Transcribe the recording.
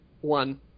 one